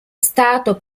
stato